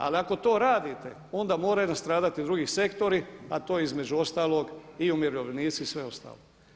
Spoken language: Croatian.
Al iako to radite onda moraju nastradati drugi sektori a to je između ostalog i umirovljenici i sve ostalo.